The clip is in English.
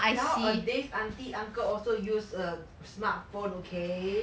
nowadays auntie uncle use err smartphone okay